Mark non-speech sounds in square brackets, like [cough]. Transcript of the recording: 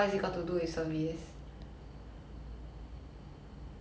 okay 我很聪明 thank you [laughs]